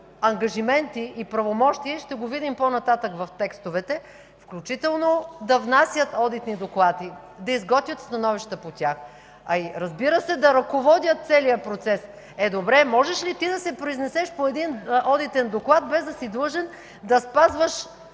ангажимент и правомощие – ще го видим по-нататък в текстовете, включително да внасят одитни доклади, да изготвят становища по тях, а и, разбира се, да ръководят целия процес. Е, добре – можеш ли ти да се произнесеш по един одитен доклад, без да си длъжен да спазваш